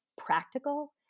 practical